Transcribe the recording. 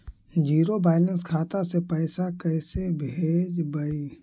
Zero balance खाता से पैसा कैसे भेजबइ?